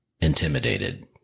intimidated